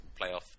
playoff